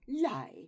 lie